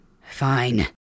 Fine